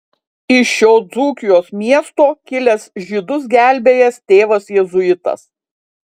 iš šio dzūkijos miesto kilęs žydus gelbėjęs tėvas jėzuitas